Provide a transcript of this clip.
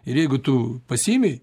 ir jeigu tu pasiėmei